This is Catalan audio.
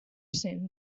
cent